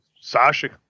Sasha